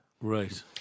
Right